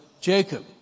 Jacob